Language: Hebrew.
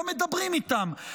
לא מדברים איתם.